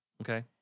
Okay